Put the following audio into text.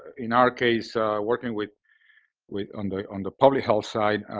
in our case working with with and on the public health side